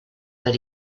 that